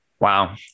Wow